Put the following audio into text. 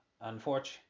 unfortunately